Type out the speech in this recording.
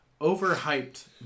overhyped